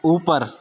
اوپر